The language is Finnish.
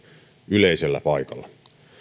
yleisellä paikalla